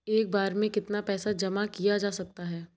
एक बार में कितना पैसा जमा किया जा सकता है?